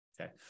Okay